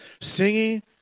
Singing